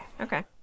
Okay